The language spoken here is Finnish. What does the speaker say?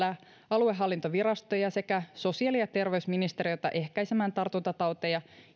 aluehallintovirastoja sekä sosiaali ja terveysministeriötä ehkäisemään tartuntatauteja